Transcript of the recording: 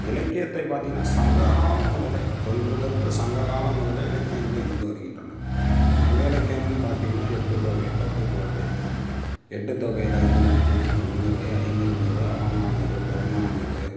இலக்கியத்தை பாத்தீங்னா சங்ககாலம் முதல் தொன்றுதொட்டு சங்ககாலம் முதல் இலக்கியங்கள் இருந்து வருகின்றன சங்க இலக்கியங்கள்னு பார்த்தீங்கன்னா எட்டுத்தொகை பத்துப்பாட்டு எட்டுத்தொகையில் வந்து நற்றிணை குறுந்தொகை ஐங்குறுநூறு அகநானூறு புறநானூறு